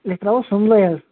أسۍ ترٛاوو سملے حظ